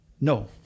no